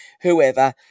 whoever